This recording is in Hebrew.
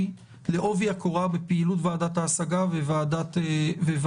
לעובי הקורה בפעילות ועדת ההשגות וועדת